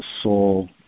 soul